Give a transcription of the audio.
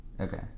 Okay